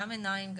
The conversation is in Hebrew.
גם עיניים,